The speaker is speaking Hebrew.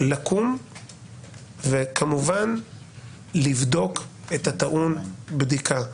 לקום וכמובן לבדוק את הטעון בדיקה.